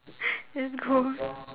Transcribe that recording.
just go ah